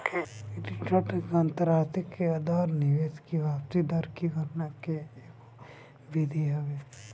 return की आतंरिक दर निवेश की वापसी दर की गणना के एगो विधि हवे